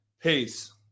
Peace